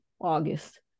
August